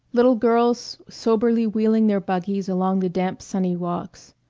little girls soberly wheeling their buggies along the damp sunny walks.